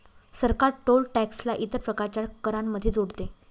सरकार toll tax ला इतर प्रकारच्या करांमध्ये जोडते